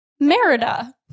Merida